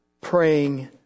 praying